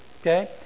Okay